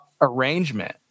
arrangement